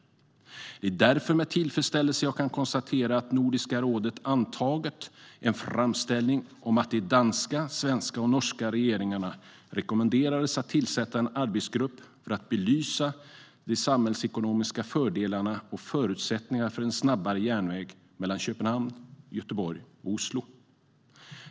Det är därför med tillfredställelse jag kan konstatera att Nordiska rådet antagit en framställning om att de danska, svenska och norska regeringarna rekommenderas att tillsätta en arbetsgrupp för att belysa samhällsekonomiska fördelar av och förutsättningarna för en snabbare järnväg mellan Köpenhamn, Göteborg och Oslo.